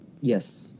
Yes